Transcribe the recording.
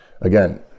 again